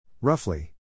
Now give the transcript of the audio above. Roughly